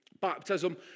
baptism